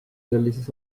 sellises